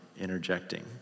interjecting